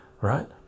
right